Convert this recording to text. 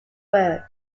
word